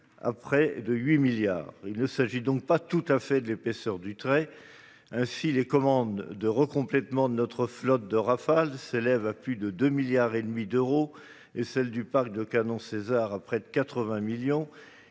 à près de 8,6 milliards d'euros. Il ne s'agit donc pas tout à fait de l'épaisseur du trait ... Ainsi, les commandes de recomplètement de notre flotte de Rafale s'élèvent à plus de 2,5 milliards d'euros et celles du parc de canons Caesar à près de 80 millions